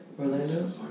Orlando